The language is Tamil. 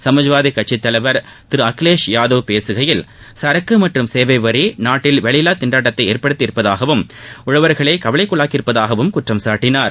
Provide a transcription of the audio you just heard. சமாஜ்வாதிக்கட்சித் தலைவர் திரு அகிலேஷ் யாதவ் பேசுகையில் சரக்கு மற்றும் சேவை வரி நாட்டில் வேலையில்லா திண்டாட்டத்தை ஏற்படுத்தியதாகவும் உழவர்களை கவலைக்குள்ளாக்கியிருப்பதாகவும் குற்றம் சாட்டினார்